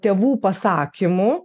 tėvų pasakymų